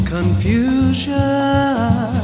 Confusion